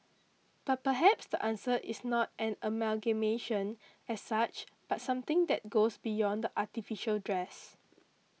but perhaps the answer is not an amalgamation as such but something that goes beyond the artificial dress